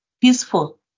peaceful